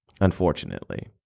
unfortunately